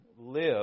live